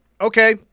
okay